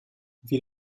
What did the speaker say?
wie